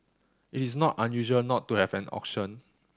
it is not unusual not to have an auction